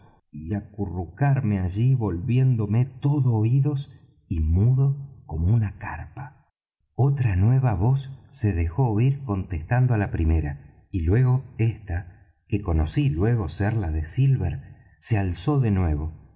y acurrucarme allí volviéndome todo oídos y mudo como una carpa otra nueva voz se dejó oir contestando á la primera y luego ésta que conocí luego ser la de silver se alzó de nuevo